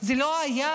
זה לא היה.